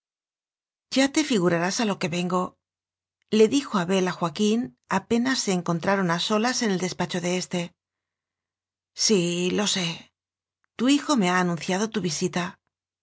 ya te figurarás a lo que vengole dijo abel a joaquín apenas se encontraron a so las en el despacho de éste sí lo sé tu hijo me ha anunciado tu